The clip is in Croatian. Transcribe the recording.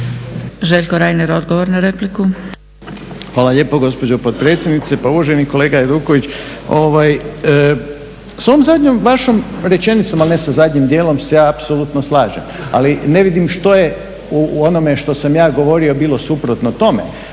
Željko Reiner, odgovor na repliku.